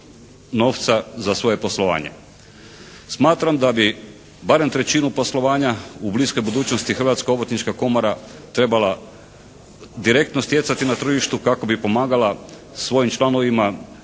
novca za svoje poslovanje. Smatram da bi barem trećinu poslovanja u bliskoj budućnosti Hrvatska obrtnička komora trebala direktno stjecati na tržištu kako bi pomagala svojim članovima